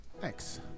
Thanks